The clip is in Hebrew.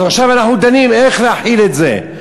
עכשיו אנחנו דנים איך להחיל את זה.